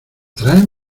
traen